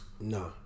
No